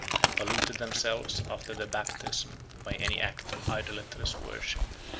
had polluted themselves after their baptism by any act of idolatrous worship.